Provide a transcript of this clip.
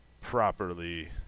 properly